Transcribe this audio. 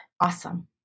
Awesome